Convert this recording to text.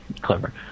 Clever